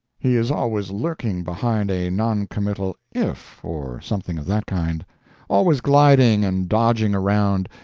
he is always lurking behind a non-committal if or something of that kind always gliding and dodging around,